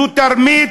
זו תרמית,